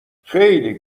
خیلی